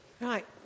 Right